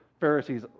Pharisees